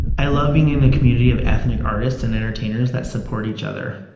i love being in a community of ethnic artists and entertainers that support each other.